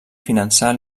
finançar